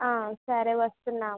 హా సరే వస్తున్నా ఆగండి